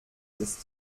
ist